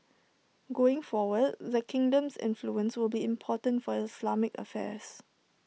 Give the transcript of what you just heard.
going forward the kingdom's influence will be important for Islamic affairs